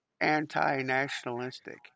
anti-nationalistic